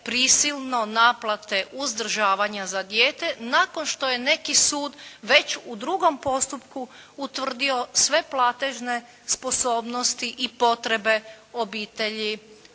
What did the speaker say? prisilno naplate uzdržavanja za dijete nakon što je neki sud već u drugom postupku utvrdio sve platežne sposobnosti i potrebe obitelji